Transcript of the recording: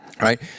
Right